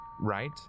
right